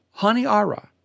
Haniara